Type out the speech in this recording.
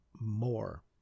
more